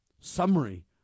summary